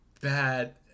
bad